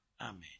Amen